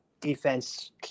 defense